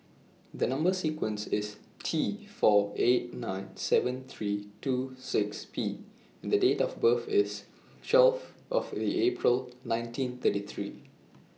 The Number sequence IS T four eight nine seven three two six P and Date of birth IS twelve of The April nineteen thirty three